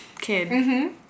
kid